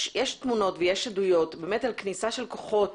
יש עדויות ותמונות על כניסה של כוחות